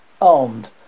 armed